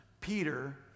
peter